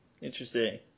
interesting